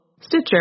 Stitcher